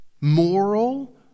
moral